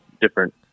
different